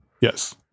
Yes